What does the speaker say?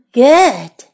good